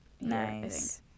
Nice